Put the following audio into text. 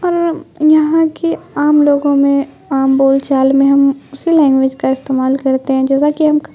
اور یہاں کی عام لوگوں میں عام بول چال میں ہم اسی لینگویج کا استعمال کرتے ہیں جیسا کہ ہم